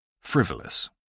Frivolous